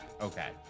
Okay